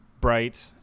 bright